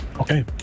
Okay